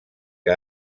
que